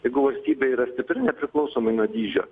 jeigu valstybė yra stipri nepriklausomai nuo dydžio